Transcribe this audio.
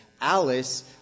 Alice